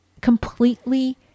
completely